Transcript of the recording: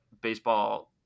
baseball